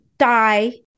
Die